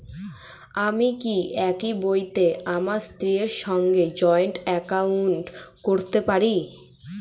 আমি কি একই বইতে আমার স্ত্রীর সঙ্গে জয়েন্ট একাউন্ট করতে পারি?